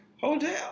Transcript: Hotel